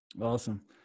Awesome